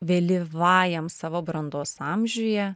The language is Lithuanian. vėlyvajam savo brandos amžiuje